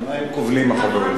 על מה הם קובלים, החברים?